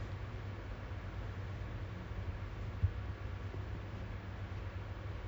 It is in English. ya lah it's always like that lah the management sometimes when you tak when you don't have a good management right